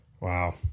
wow